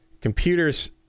computers